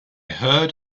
heard